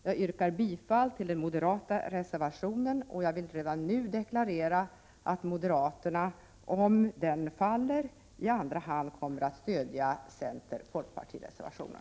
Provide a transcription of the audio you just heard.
Jag yrkar bifall till den moderata reservationen. Jag vill redan nu deklarera att moderaterna, om den reservationen faller, i andra hand kommer att stödja center-folkpartireservationen.